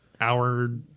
hour